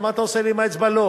מה אתה עושה לי עם האצבע "לא",